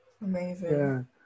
Amazing